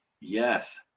Yes